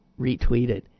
retweeted